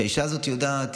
האישה הזו יודעת,